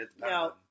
no